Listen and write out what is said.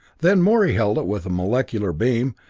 then morey held it with a molecular beam,